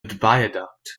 viaduct